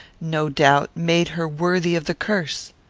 no doubt, made her worthy of the curse?